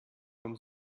vom